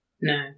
No